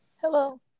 Hello